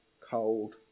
cold